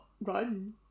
run